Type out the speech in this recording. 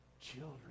Children